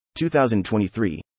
2023